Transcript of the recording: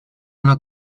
una